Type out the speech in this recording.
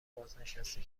بازنشسته